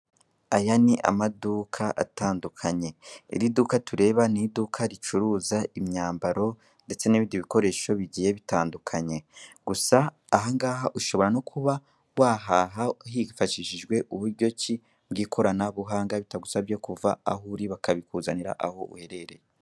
Aya ni amaduka atandukanye, iri duka tureba ni iduka ricuruza imyambaro ndetse n'ibindi bikoresho bigiye bitandukanye, gusa aha ngaha ushobora no kuba wahaha hifashishijwe uburyo ki bw'ikoranabuhanga bitagusabye kuva aho uri bakabikuzanira aho uherereye.